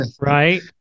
Right